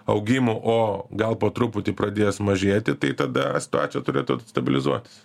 augimo o gal po truputį pradės mažėti tai tada situacija turėtų stabilizuotis